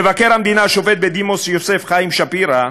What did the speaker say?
מבקר המדינה, השופט בדימוס יוסף חיים שפירא,